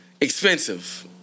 expensive